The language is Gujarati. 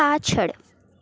પાછળ